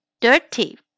dirty